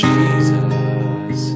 Jesus